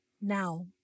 now